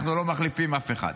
אנחנו לא מחליפים אף אחד.